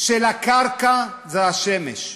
של הקרקע זה השמש.